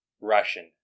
Russian